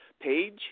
page